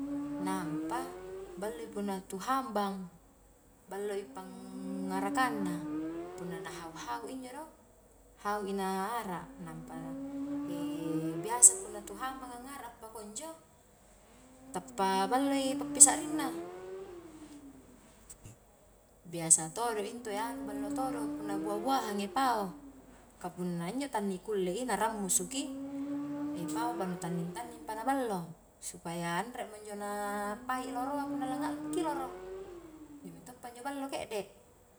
Nampa balloi punna tu hambang, balloi pangarakanna, punna nahau-hau injo do, hau i na ara, nampa biasa punna tu hambang angara pakunjo, tappa balloi pappisarringna, biasa todo intue anu ballo todo punna buah-buahan pao, kah punna injo tannikullei nah rammusuki, paopa nu tanning-tanningpa nah ballo supaya anremo njo na pai loroa punna la ngalokkiloro, iyamintoppa njo ballo kedde.